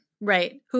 right